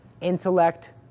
intellect